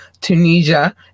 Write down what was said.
Tunisia